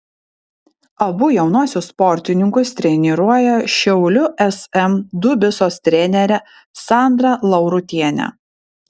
abu jaunuosius sportininkus treniruoja šiaulių sm dubysos trenerė sandra laurutienė